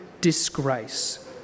disgrace